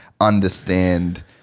understand